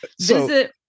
visit